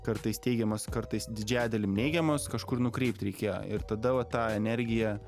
kartais teigiamas kartais didžiąja dalim neigiamos kažkur nukreipti reikėjo ir tada va tą energiją